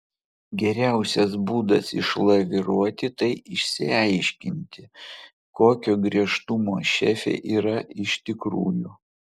geriausias būdas išlaviruoti tai išsiaiškinti kokio griežtumo šefė yra iš tikrųjų